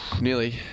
Nearly